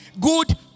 good